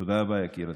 תודה רבה, יקירתי.